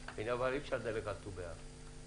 אי-אפשר לדלג על התייחסות לט"ו באב.